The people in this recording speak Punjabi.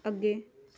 ਅੱਗੇ